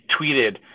tweeted